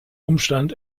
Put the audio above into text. umstand